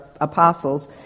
apostles